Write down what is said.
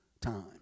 time